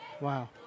Wow